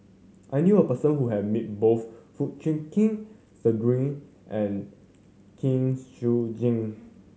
I knew a person who has met both Foo Chee Keng Cedric and Kwek Siew Jin